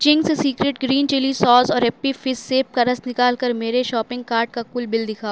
Ching's secret green chilli sauce اور Appy Fizz سیب کا رس نکال کر میرے شاپنگ کاٹ کا کل بل دکھاؤ